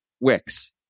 Wix